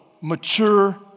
mature